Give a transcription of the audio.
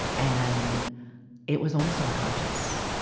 and it was almost unconscious.